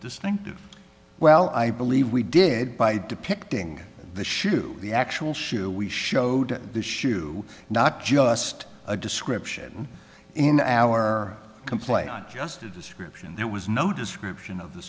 distinctive well i believe we did by depicting the shoe the actual shoe we showed this shoe not just a description in our complaint not just a description there was no description of the